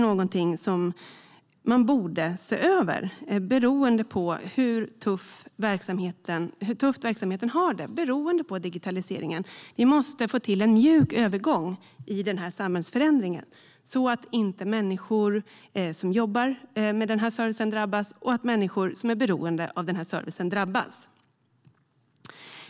Man borde se över det, beroende på hur tufft verksamheten har det beroende på digitaliseringen. Vi måste få till en mjuk övergång i den här samhällsförändringen, så att människor som jobbar med den här servicen och människor som är beroende av den inte drabbas.